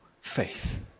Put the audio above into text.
faith